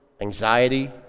anxiety